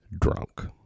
drunk